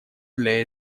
для